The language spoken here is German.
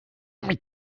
mit